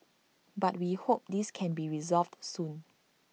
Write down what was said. but we hope this can be resolved soon